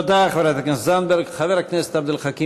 תודה, חברת הכנסת זנדברג.